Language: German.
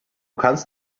kannst